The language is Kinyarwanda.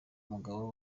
umugabo